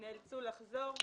נאלצו לחזור.